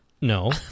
No